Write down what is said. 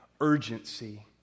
urgency